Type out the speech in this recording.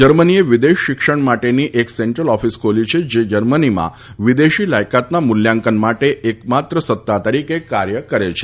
જર્મનીએ વિદેશી શિક્ષણ માટેની એક સેન્ટ્રલ ઑફિસ ખોલી છે જે જર્મનીમાં વિદેશી લાયકાતના મૂલ્યાંકન માટે એકમાત્ર સત્તા તરીકે કાર્ય કરે છે